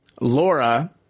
Laura